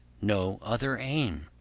no other aim,